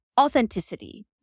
authenticity